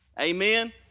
Amen